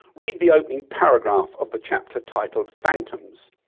read the opening paragraphs of the chapter titled phantoms.